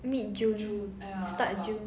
mid june start june